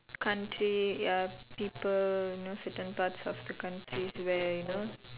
country ya people you know certain parts of the countries where you know